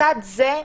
לצד זה,